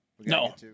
No